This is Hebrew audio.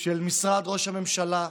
של משרד ראש הממשלה,